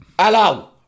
Hello